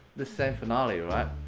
the same finale, right,